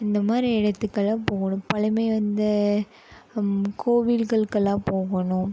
இந்த மாதிரி இடத்துக்கு எல்லாம் போகணும் பழமை வாய்ந்த கோவில்களுக்கெல்லாம் போகணும்